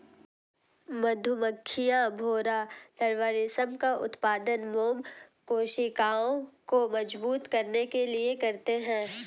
मधुमक्खियां, भौंरा लार्वा रेशम का उत्पादन मोम कोशिकाओं को मजबूत करने के लिए करते हैं